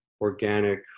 organic